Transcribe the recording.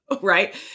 right